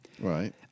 Right